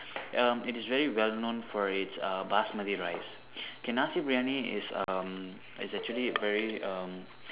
um it's very well known for it's uh Basmati rice okay Nasi-Briyani is um is actually very um